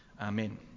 Amen